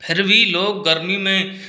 फिर भी लोग गर्मी में